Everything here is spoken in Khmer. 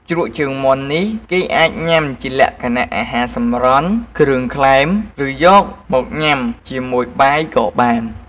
ជ្រក់ជើងមាន់នេះគេអាចញ៉ាំជាលក្ខណៈ អាហាសម្រន់ គ្រឿងក្លែម ឬ យកមកញ៉ាំជាមួយបាយក៏បាន។